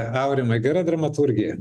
aurimai gera dramaturgija